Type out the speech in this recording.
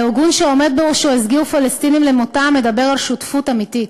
הארגון שהעומד בראשו הסגיר פלסטינים למותם מדבר על שותפות אמיתית.